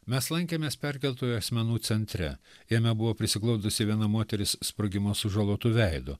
mes lankėmės perkeltųjų asmenų centre jame buvo prisiglaudusi viena moteris sprogimo sužalotu veidu